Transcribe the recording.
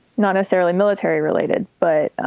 not necessarily military related, but